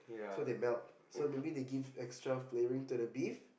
so they melt so maybe they give extra flavouring to the beef